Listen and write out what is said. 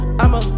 I'ma